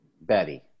Betty